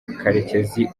karekezi